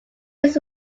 his